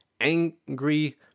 angry